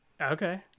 okay